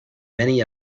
many